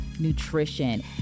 nutrition